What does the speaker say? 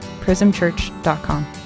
prismchurch.com